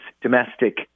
domestic